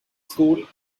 school